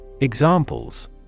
Examples